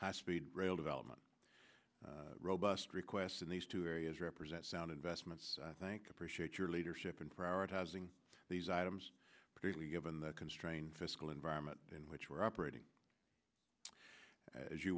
high speed rail development robust requests in these two areas represent sound investments i think appreciate your leadership in prioritizing these items particularly given the constrained fiscal environment in which we're operating as you